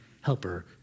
helper